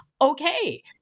Okay